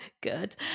good